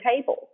table